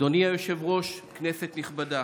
אדוני היושב-ראש, כנסת נכבדה,